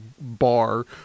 bar